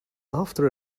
after